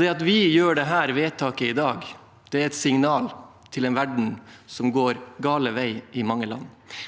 det at vi gjør dette vedtaket i dag, er et signal til en verden som går gal vei i mange land.